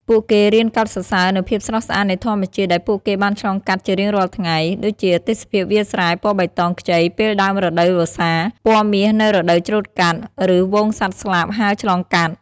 ពួកគេរៀនកោតសរសើរនូវភាពស្រស់ស្អាតនៃធម្មជាតិដែលពួកគេបានឆ្លងកាត់ជារៀងរាល់ថ្ងៃ ដូចជាទេសភាពវាលស្រែពណ៌បៃតងខ្ចីពេលដើមរដូវវស្សា ពណ៌មាសនៅរដូវច្រូតកាត់ ឬហ្វូងសត្វស្លាបហើរឆ្លងកាត់។